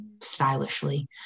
stylishly